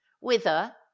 whither